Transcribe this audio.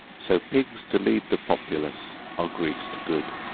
so pigs to lead the populace are greased good.